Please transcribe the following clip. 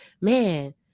man